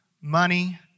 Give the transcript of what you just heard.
money